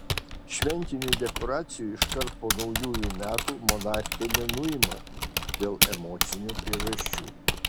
šventinių dekoracijų iškart po naujųjų metų monarchė nenuima dėl emocinių priežasčių